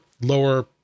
lower